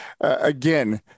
again